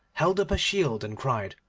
held up a shield, and cried,